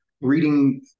reading